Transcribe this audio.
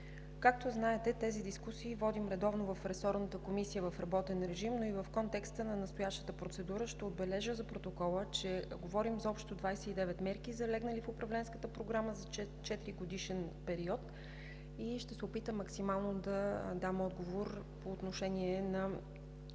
Както знаете, тези дискусии водим редовно в ресорната комисия в работен режим, но и в контекста на настоящата процедура ще отбележа за протокола, че говорим за общо 29 мерки, залегнали в Управленската програма за 4-годишен период, и ще се опитам максимално да дам отговор по отношение на